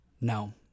no